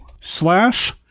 slash